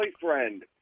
boyfriend-